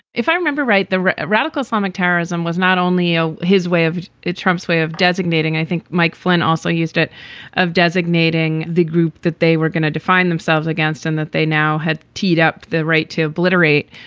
if i remember right. the radical islamic terrorism was not only ah his way of it, trump's way of designating. i think mike flynn also used it of designating the group that they were going to define themselves against and that they now had teed up the right to obliterate,